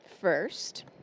first